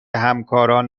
همکاران